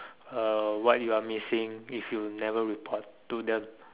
uh what you are missing if you never report to them